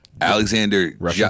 Alexander